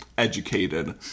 Educated